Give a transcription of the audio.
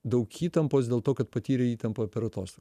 daug įtampos dėl to kad patyrę įtampą per atost